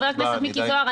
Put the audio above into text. חבר הכנסת מיקי זוהר,